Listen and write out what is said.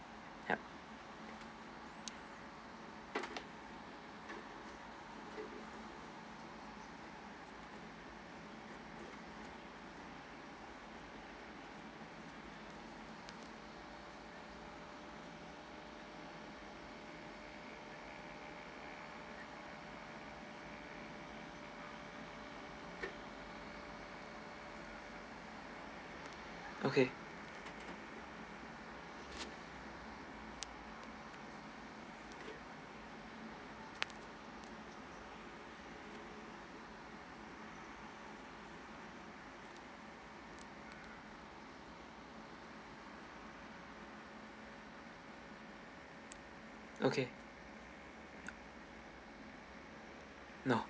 ya okay okay no